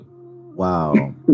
Wow